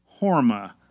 Horma